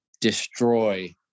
destroy